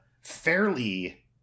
fairly